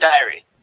diary